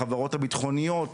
החברות הביטחוניות,